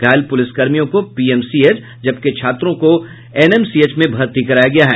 घायल पुलिसकर्मियों को पीएमसीएच जबकि छात्र को एनएमसीएच में भर्ती कराया गया है